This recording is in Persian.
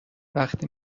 وقتی